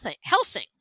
Helsing